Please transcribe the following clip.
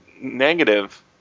negative